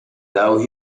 though